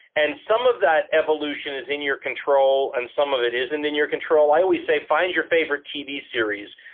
and some of that evolution is in your control, and some of it isn't in your control. i always say find your favorite tv series,